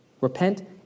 Repent